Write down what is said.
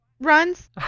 runs